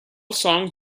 songs